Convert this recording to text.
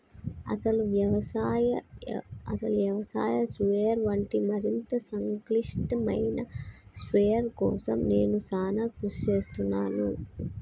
అసలు యవసాయ స్ప్రయెర్ వంటి మరింత సంక్లిష్టమైన స్ప్రయెర్ కోసం నేను సానా కృషి సేస్తున్నాను